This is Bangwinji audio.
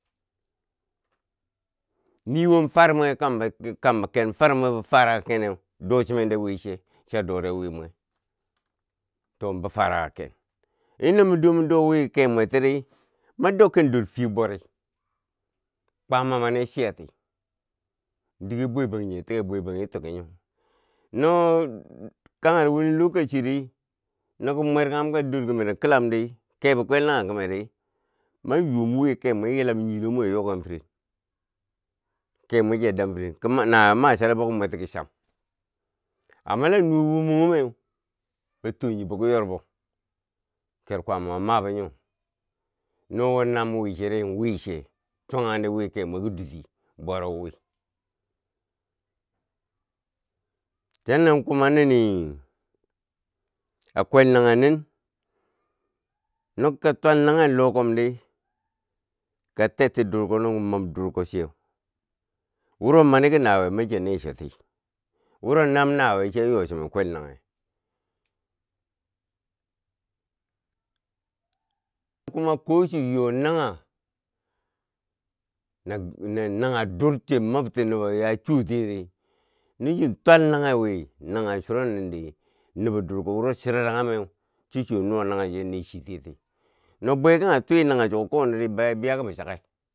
Niwo far mwe kambo ken far mwe fara keneu do chi mende weche, cha dore wi mwe to bi farake ken in no mu do mu do we ke mwe tiri mwa dokken dor fiye bware kwaama mani chi yati, dige bwe bangjinghe tike bwe bangjinghe ki tiki nyo no kari wani toka chi ri no kon mwer kanghum ka dor kumero ki lamdi kebo kwel naghe kumeri mwan yuwom wi ke mwe muyilam nyilo mweko mu yoken firen, ke mwe che dam firen kuma nawiyema chari ri bo ko mwerti ko cham amma la nuwe wumom wumeu ban to nyi biki yorbwo ker kwaama ro mabo nyo, no wo nam wi cheri inwiche chokanghan de wike mwe ki dwiti bwaro wi can nan kuma nini a kwelnaghe nin, noka twal naghe lohkumdi ka terti durko noko mom dur ko cheu wuro mani ki na wiyeu mani chiya ne choti, wuro nam naweyeu chi yan yo chimen kwel naghe kuma ko chiyo nagha na nagha dur chin mobti nobo ya a chuwo tiyeri no chin twal naghe wi nagha churo nindi nobo durko wuro chi raranghum meu chi chiya nuwa naghe chiya ne chi tiye ti, no bwekanghe twi nanghe chuwo koniri, bo a biya kibi chake.